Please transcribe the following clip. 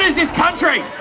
this country!